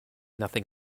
nothing